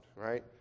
right